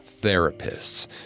therapists